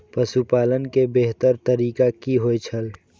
पशुपालन के बेहतर तरीका की होय छल?